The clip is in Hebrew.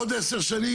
עוד 10 שנים,